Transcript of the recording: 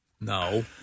No